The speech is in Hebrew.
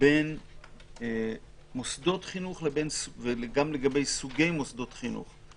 בין מוסדות חינוך, גם סוגי מוסדות חינוך.